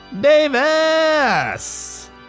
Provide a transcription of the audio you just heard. Davis